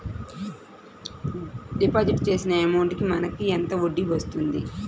Deposit చేసిన amount కి మనకి ఎంత వడ్డీ వస్తుంది?